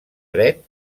dret